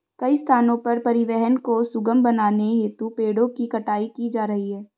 कई स्थानों पर परिवहन को सुगम बनाने हेतु पेड़ों की कटाई की जा रही है